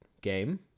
game